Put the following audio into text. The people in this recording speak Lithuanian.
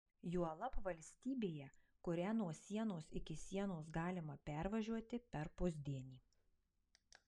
juolab valstybėje kurią nuo sienos iki sienos galima pervažiuoti per pusdienį